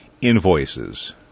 invoices